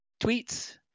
tweets